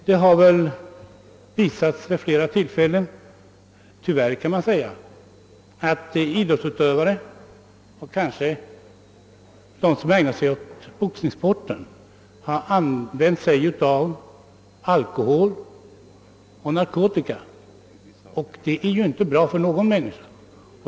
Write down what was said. Det har väl visats vid flera tillfällen — tyvärr kan man säga — att idrottsutövare, däribland kanske sådana som ägnar sig åt boxningssporten, har använt sig av alkohol och narkotika, och det är ju inte bra för någon människa.